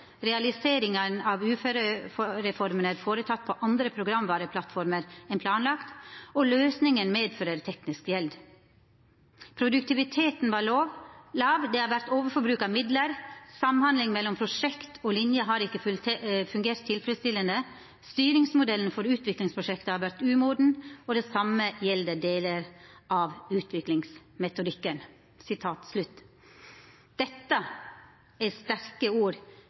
realisering av uførereformen er foretatt på andre programvareplattformer enn planlagt, og løsningene medfører teknisk gjeld. Produktiviteten var lav, det har vært overforbruk av midler, samhandling mellom prosjekt og linje har ikke fungert tilfredsstillende, styringsmodellen for utviklingsprosjekter har vært umoden, og det samme gjelder deler av utviklingsmetodikken.» Dette er sterke ord